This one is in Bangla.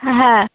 হ্যাঁ